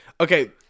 okay